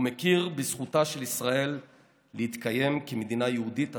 מכיר בזכותה של ישראל להתקיים כמדינה יהודית עצמאית.